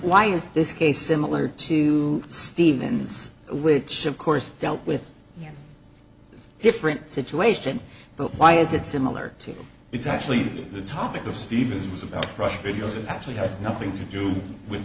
is this case similar to stevens which of course dealt with here it's a different situation but why is it similar to it's actually the topic of stevens's about rush videos it actually has nothing to do with